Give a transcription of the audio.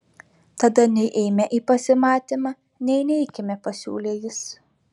tada nei eime į pasimatymą nei neikime pasiūlė jis